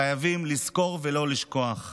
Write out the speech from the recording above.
חייבים לזכור ולא לשכוח.